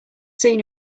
seen